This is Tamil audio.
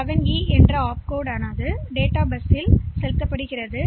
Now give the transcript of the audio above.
எனவே 7E இந்த இன்ஸ்டிரக்ஷன்லின் ஒப்கோட் தரவு பஸ்ஸில் கிடைக்கிறது